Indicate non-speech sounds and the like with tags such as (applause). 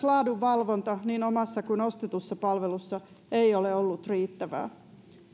(unintelligible) laadunvalvonta omassa eikä ostetussa palvelussa ole ollut riittävää